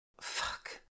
Fuck